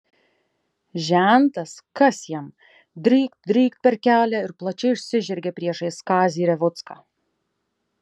žentas kas jam drykt drykt per kelią ir plačiai išsižergė priešais kazį revucką